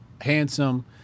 handsome